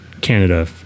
Canada